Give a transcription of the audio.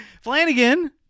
Flanagan